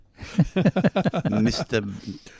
Mr